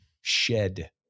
shed